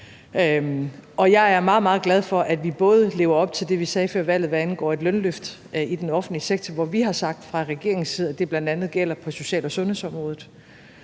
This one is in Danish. meget, meget glad for, at vi lever op til det, vi sagde før valget, hvad angår et lønløft i den offentlige sektor, hvor vi fra regeringens side har sagt, at det bl.a. gælder på social- og sundhedsområdet.